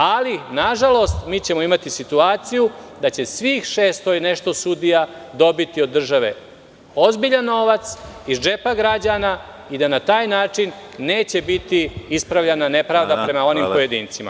Ali, nažalost, mi ćemo imati situaciju da će svi 600 i nešto sudija dobiti od države ozbiljan novac iz džepa građana i da na taj način neće biti ispravljena nepravda prema onim pojedincima.